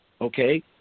okay